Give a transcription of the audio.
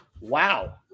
Wow